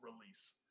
release